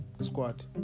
squad